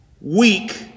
weak